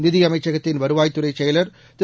நிதியமைச்சகத்தின் வருவாய்த்துறை செயலாளர் திரு